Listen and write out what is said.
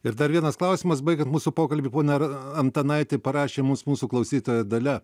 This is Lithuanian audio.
ir dar vienas klausimas baigiant mūsų pokalbį pone ar antanaiti parašė mūsų mūsų klausytoja dalia